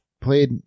played